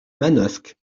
manosque